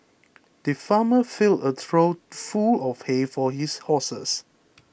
the farmer filled a trough full of hay for his horses